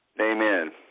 Amen